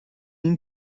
این